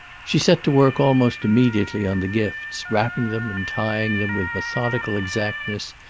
she set to work almost immediately on the gifts, wrapping them and tying them with methodical exactness,